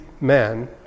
man